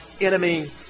enemy